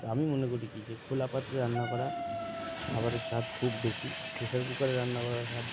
তা আমি মনে করি কি যে খোলা পাত্রে রান্না করা খাবারের স্বাদ খুব বেশি প্রেসার কুকারে রান্না করা স্বাদ